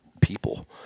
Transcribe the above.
people